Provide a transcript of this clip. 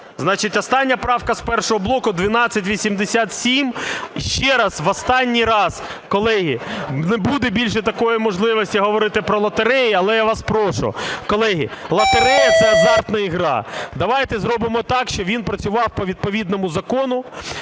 остання правка з першого блоку 1287. Ще раз, в останній раз, колеги, не буде більше такої можливості говорити про лотереї, але я вас прошу. Колеги, лотереї – це азартна гра. Давайте зробимо так, щоб він працював по відповідному закону,